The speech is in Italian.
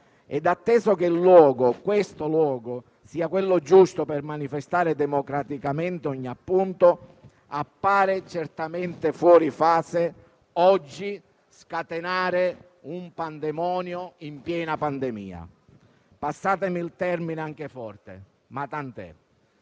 Atteso che questo luogo sia quello giusto per manifestare democraticamente ogni appunto, appare certamente fuori fase oggi scatenare un pandemonio in piena pandemia, passatemi il termine anche forte, ma tant'è.